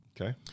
Okay